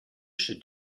should